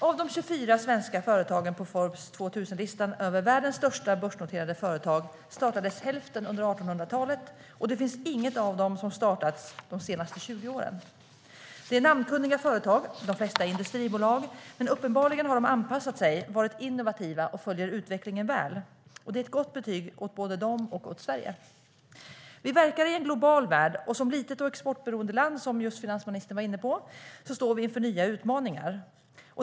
Av de 24 svenska företagen på Forbes 2000-listan över världens största börsnoterade företag startades hälften under 1800-talet, och inget av dem har startats de senaste 20 åren. Det är namnkunniga företag, och de flesta är industribolag, men uppenbarligen har de anpassat sig, varit innovativa och följer utvecklingen väl. Det är ett gott betyg åt dem och åt Sverige. Vi verkar i en global värld, och som litet och exportberoende land, som finansministern sa, står vi inför nya utmaningar.